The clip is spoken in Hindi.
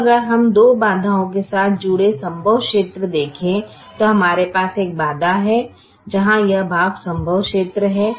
अब अगर हम दो बाधाओं के साथ जुड़े संभव क्षेत्र देखें तो हमारे पास एक बाधा है जहां यह भाग संभव क्षेत्र है